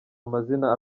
amazina